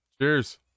cheers